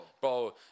Bro